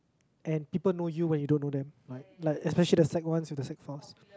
and people know you when you don't know them like like especially the sec-one to the sec-four